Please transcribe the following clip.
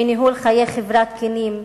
מניהול חיי חברה תקינים,